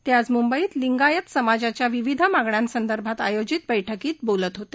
ते आज म्ंबईत लिंगायत समाजाच्या विविध मागण्यासंदर्भात आयोजित बैठकीत बोलत होते